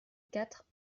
quatre